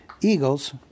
Eagles